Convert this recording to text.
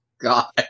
God